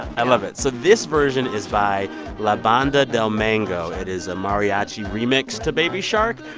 i love it. so this version is by la banda del mango. it is a mariachi remix to baby shark.